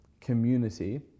community